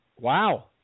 Wow